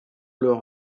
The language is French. leur